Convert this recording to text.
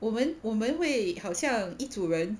我们我们会好像一组人